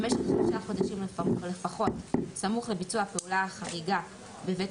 במשך 3 חודשים לפחות סמוך לביצוע הפעולה החריגה בבית